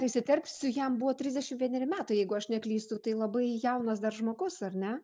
įsiterpsiu jam buvo trisdešimt vieneri metai jeigu aš neklystu tai labai jaunas dar žmogus ar ne